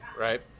right